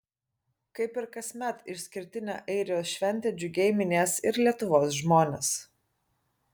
kaip ir kasmet išskirtinę airijos šventę džiugiai minės ir lietuvos žmonės